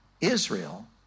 Israel